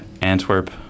Antwerp